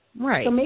Right